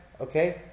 okay